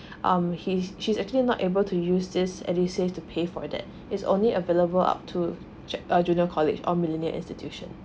um he's she's actually not able to use this edusave to pay for that is only available up to j~ junior college or millennial institution